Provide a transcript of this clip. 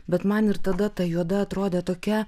bet man ir tada ta juoda atrodė tokia